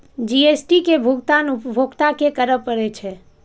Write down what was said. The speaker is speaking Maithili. जी.एस.टी के भुगतान उपभोक्ता कें करय पड़ै छै